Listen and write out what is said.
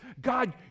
God